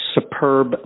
superb